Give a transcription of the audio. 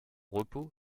repos